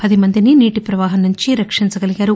పదిమందిని నీటి పవాహంనుంచి రక్షించగలగారు